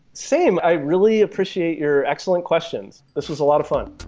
same. i really appreciate your excellent questions. this was a lot of fun.